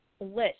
list